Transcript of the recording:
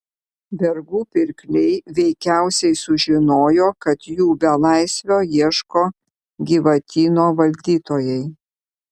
vergų pirkliai veikiausiai sužinojo kad jų belaisvio ieško gyvatyno valdytojai